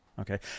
Okay